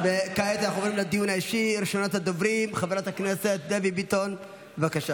אנחנו לא עושים פוליטיקה על אזרחים.